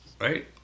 Right